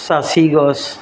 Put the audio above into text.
সাঁচি গছ